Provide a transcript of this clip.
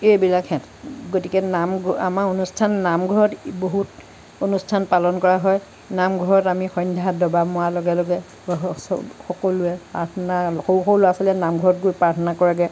এইবিলাকহেঁত গতিকে নাম আমাৰ অনুষ্ঠান নামঘৰত বহুত অনুষ্ঠান পালন কৰা হয় নামঘৰত আমি সন্ধ্যা ডবা মৰাৰ লগে লগে সকলোৱে প্ৰাৰ্থনা সৰু সৰু লৰা ছোৱালীয়ে নামঘৰত গৈ প্ৰাৰ্থনা কৰেগৈ